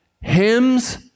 hymns